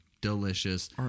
delicious